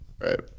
Right